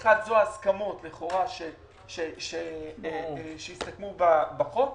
ראשית, אלה ההסכמות לכאורה שהסתכמו בהצעת החוק.